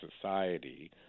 society